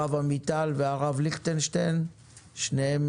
הרב עמיטל והרב ליכטנשטיין, שניהם